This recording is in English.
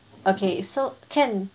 okay so can